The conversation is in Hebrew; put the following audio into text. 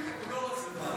הוא לא רוצה ועדה,